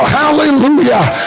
hallelujah